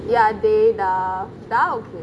ya dey dah dah okay